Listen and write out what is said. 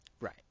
Right